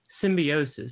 symbiosis